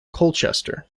colchester